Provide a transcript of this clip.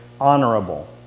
honorable